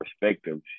perspectives